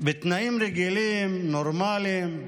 בתנאים רגילים, נורמליים,